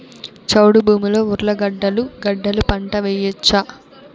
చౌడు భూమిలో ఉర్లగడ్డలు గడ్డలు పంట వేయచ్చా?